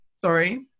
Sorry